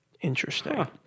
Interesting